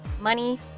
money